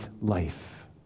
life